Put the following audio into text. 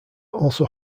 also